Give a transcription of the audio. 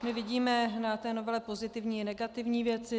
My vidíme na té novele pozitivní i negativní věci.